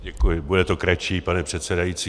Děkuji, bude to kratší, pane předsedající.